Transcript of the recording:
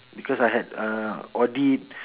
because I had uh audit